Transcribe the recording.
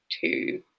two